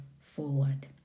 forward